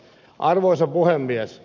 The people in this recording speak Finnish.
arvoisa puhemies